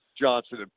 Johnson